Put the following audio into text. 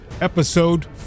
episode